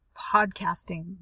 podcasting